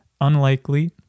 Unlikely